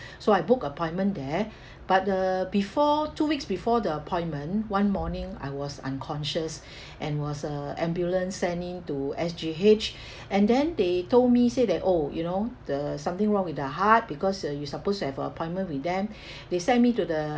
so I book appointment there but the before two weeks before the appointment one morning I was unconscious and was a ambulance send into S_G_H and then they told me say that oh you know the something wrong with the heart because uh you supposed to have a appointment with them they sent me to the